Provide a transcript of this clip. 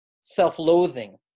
self-loathing